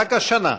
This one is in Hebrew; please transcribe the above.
רק השנה,